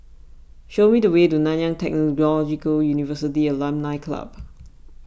show me the way to Nanyang Technological University Alumni Club